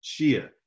Shia